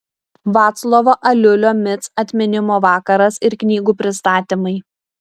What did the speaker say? vaclovo aliulio mic atminimo vakaras ir knygų pristatymai